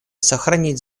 сохранить